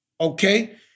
Okay